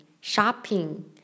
Shopping